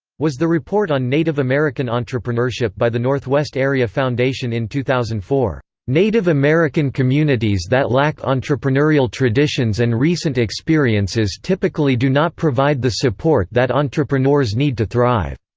was the report on native american entrepreneurship by the northwest area foundation in two thousand and four. native american communities that lack entrepreneurial traditions and recent experiences typically do not provide the support that entrepreneurs need to thrive.